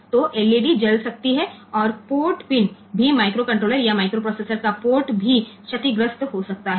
તેથી LED ચાલુ થઈ શકે છે અને પોર્ટ પિન માઈક્રોકન્ટ્રોલર અથવા માઇક્રોપ્રોસેસર ના પોર્ટ ને પણ નુકસાન થઈ શકે છે